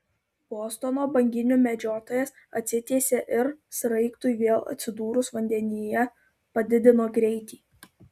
bostono banginių medžiotojas atsitiesė ir sraigtui vėl atsidūrus vandenyje padidino greitį